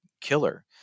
killer